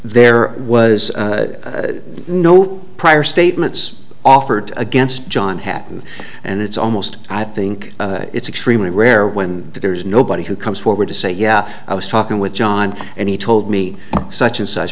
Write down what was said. there was no prior statements offered against john happened and it's almost i think it's extremely rare when there's nobody who comes forward to say yeah i was talking with john and he told me such and such